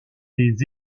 des